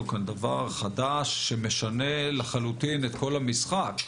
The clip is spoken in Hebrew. כאן דבר חדש שמשנה לחלוטין את כל המסמך.